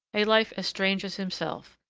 a life as strange as himself,